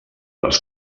les